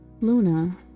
Luna